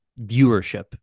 viewership